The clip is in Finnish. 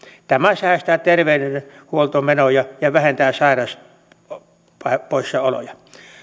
tämä säästää terveydenhuoltomenoja ja vähentää sairauspoissaoloja